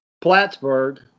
Plattsburgh